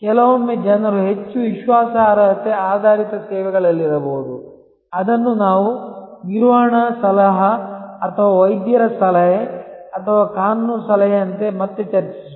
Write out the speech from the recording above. ಕೆಲವೊಮ್ಮೆ ಜನರು ಹೆಚ್ಚು ವಿಶ್ವಾಸಾರ್ಹತೆ ಆಧಾರಿತ ಸೇವೆಗಳಲ್ಲಿರಬಹುದು ಅದನ್ನು ನಾವು ನಿರ್ವಹಣಾ ಸಲಹಾ ಅಥವಾ ವೈದ್ಯರ ಸಲಹೆ ಅಥವಾ ಕಾನೂನು ಸಲಹೆಯಂತೆ ಮತ್ತೆ ಚರ್ಚಿಸುತ್ತೇವೆ